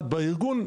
בארגון,